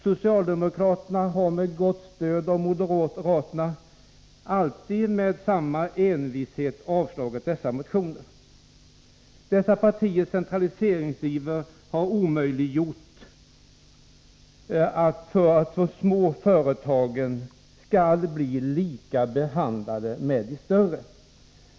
Socialdemokraterna har med gott stöd från moderaterna med samma envishet alltid avslagit motionerna. Dessa partiers centraliseringsiver har omöjliggjort för de små företagen att behandlas på samma sätt som de större.